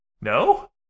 No